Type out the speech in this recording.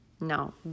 no